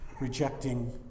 rejecting